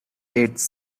eats